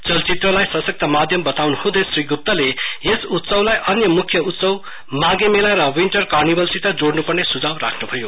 चलचित्रलाई सभत माध्यम बताउन् हुँदै श्री गुप्ताले यस उत्सवलाई अन्य मुख्य उत्सव माघे मेला र विन्टर कार्निवलसित जोइन् पर्ने सुझाव राख्नु भयो